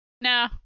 No